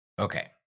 Okay